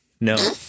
no